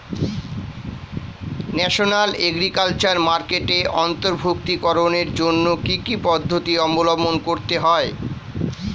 National agriculture মার্কেটে অন্তর্ভুক্তিকরণের জন্য কি কি পদ্ধতি অবলম্বন করতে হয়?